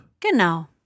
Genau